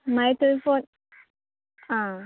मागीर थंय फस